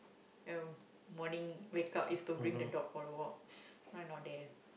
you know morning wake up is to bring the dog for a walk or not there